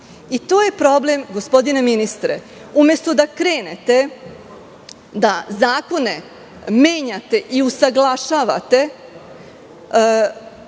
To je problem, gospodine ministre. Umesto da krenete da zakone menjate i usaglašavate